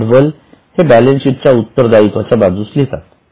भांडवल हे बॅलन्सशीट च्या उत्तरदायित्वाच्या बाजूस लिहतात